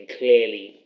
clearly